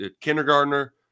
kindergartner